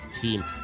team